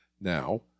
Now